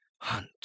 Hunt